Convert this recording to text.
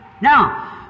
Now